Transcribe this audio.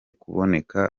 kuboneka